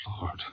Lord